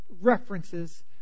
references